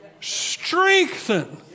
Strengthen